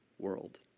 world